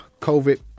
COVID